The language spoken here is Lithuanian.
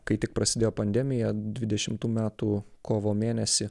kai tik prasidėjo pandemija dvidešimtų metų kovo mėnesį